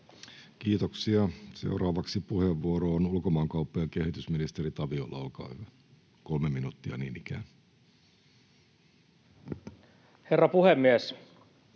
Kiitoksia. — Seuraavaksi puheenvuoro on ulkomaankauppa- ja kehitysministeri Taviolla, olkaa hyvä, kolme minuuttia niin ikään. Herra puhemies!